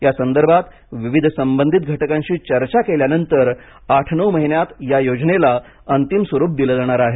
यासंदर्भात विविध संबंधित घटकांशी चर्चा केल्यानंतर आठ नऊ महिन्यांत या योजनेला अंतिम स्वरूप दिलं जाणार आहे